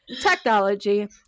technology